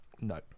No